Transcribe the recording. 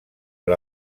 per